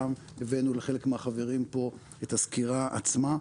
הבאנו לחלק מהחברים פה את הסקירה עצמה.